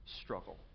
struggle